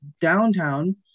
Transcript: downtown